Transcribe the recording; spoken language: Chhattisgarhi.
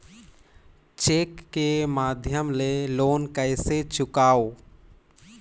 चेक के माध्यम ले लोन कइसे चुकांव?